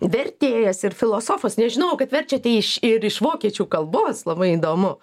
vertėjas ir filosofas nežinojau kad verčiate iš ir iš vokiečių kalbos labai įdomu